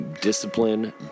discipline